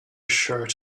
shirt